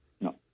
No